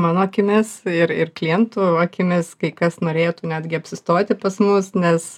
mano akimis ir ir klientų akimis kai kas norėtų netgi apsistoti pas mus nes